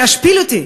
להשפיל אותי,